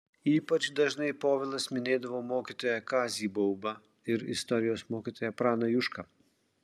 ypač dažnai povilas minėdavo mokytoją kazį baubą ir istorijos mokytoją praną jušką